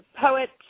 poet